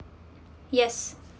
yes